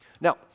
Now